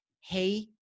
Hey